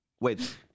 Wait